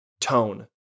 tone